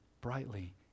brightly